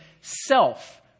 self